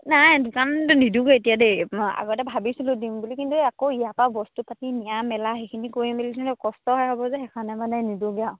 নাই দোকানটো নিদিওঁ এতিয়া দেই আগতে ভাবিছিলোঁ দিম বুলি কিন্তু আকৌ ইয়াৰ পৰা বস্তু পাতি নিয়া মেলা সেইখিনি কৰি মেলি চোন কষ্ট হে হ'ব যে সেইকাৰণে মানে নিদিওঁগে আৰু